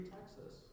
Texas